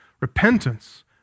Repentance